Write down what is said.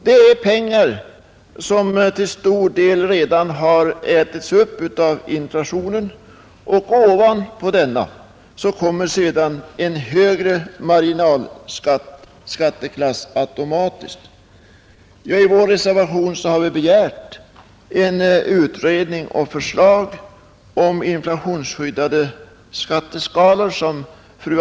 Det är pengar som till stor del redan har ätits upp av inflationen, och ovanpå denna kommer sedan automatiskt en högre marginalskatteklass. I vår reservation har vi begärt utredning och förslag om inflationsskyddade skatteskalor.